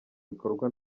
bikorwa